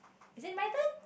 is it my turn